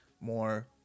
more